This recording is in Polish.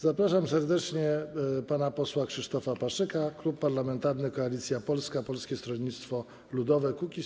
Zapraszam serdecznie pana posła Krzysztofa Paszyka, Klub Parlamentarny Koalicja Polska - Polskie Stronnictwo Ludowe - Kukiz15.